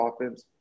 offense